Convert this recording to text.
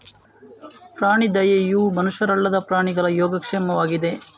ಪ್ರಾಣಿ ದಯೆಯು ಮನುಷ್ಯರಲ್ಲದ ಪ್ರಾಣಿಗಳ ಯೋಗಕ್ಷೇಮವಾಗಿದೆ